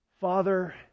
Father